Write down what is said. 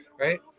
right